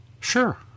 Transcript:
Sure